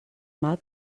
mal